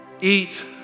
Eat